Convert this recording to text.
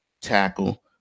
tackle